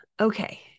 Okay